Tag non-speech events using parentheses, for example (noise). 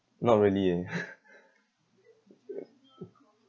not really eh (laughs) (noise)